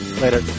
later